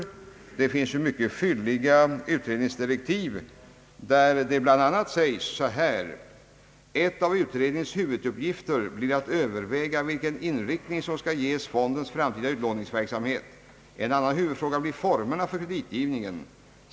Utredningen har fått mycket fylliga utredningsdirektiv där det bl.a. sägs: »En av utredningens huvuduppgifter blir att överväga vilken inriktning som skall ges fondens framtida utlåningsverksamhet. En annan huvudfråga blir formerna för kreditgivningen.